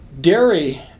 Dairy